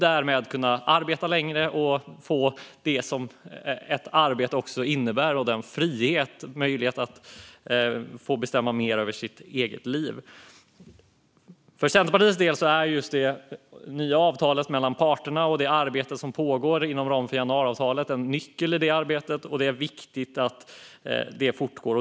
Därmed kan de arbeta längre och få det som ett arbete innebär, frihet och möjlighet att bestämma mer över sitt eget liv. För Centerpartiets del är det nya avtalet mellan parterna och det arbete som pågår inom ramen för januariavtalet en nyckel i det här arbetet, och det är viktigt att det fortgår.